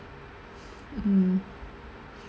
mmhmm